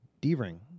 D-ring